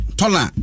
tola